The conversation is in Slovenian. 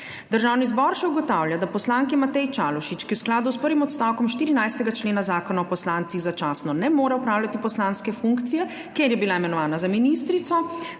Državni zbor še ugotavlja, da poslanki Mateji Čalušić, ki v skladu s prvim odstavkom 14. člena Zakona o poslancih začasno ne more opravljati poslanske funkcije, ker je bila imenovana za ministrico,